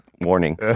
Warning